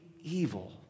evil